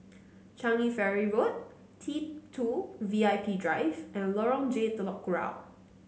Changi Ferry Road T two V I P Drive and Lorong J Telok Kurau